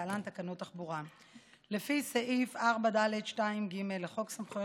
לפי סעיף 4(ד)(2)(ג) לחוק סמכויות